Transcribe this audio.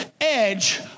edge